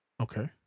Okay